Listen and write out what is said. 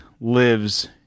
lives